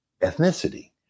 ethnicity